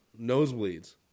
Nosebleeds